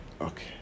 Okay